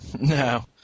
No